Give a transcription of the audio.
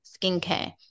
skincare